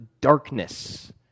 darkness